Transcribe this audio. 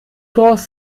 brauchst